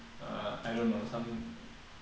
err I don't know some